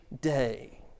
day